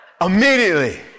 immediately